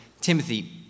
Timothy